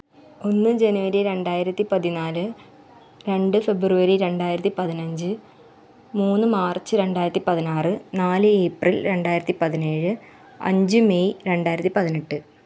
ഒന്ന് ജനുവരി രണ്ടായിരത്തി പതിനാല് രണ്ട് ഫെബ്രുവരി രണ്ടായിരത്തി പതിനഞ്ച് മൂന്ന് മാർച്ച് രണ്ടായിരത്തി പതിനാറ് നാല് ഏപ്രിൽ രണ്ടായിരത്തി പതിനേഴ് അഞ്ച് മെയ് രണ്ടായിരത്തി പതിനെട്ട്